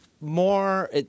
more